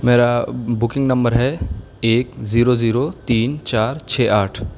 میرا booking number ہے ایک زیرو زیرو تین چار چھ آٹھ